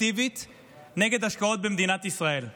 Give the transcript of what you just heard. נגד השקעות במדינת ישראל.